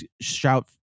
shout